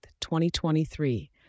2023